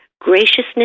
graciousness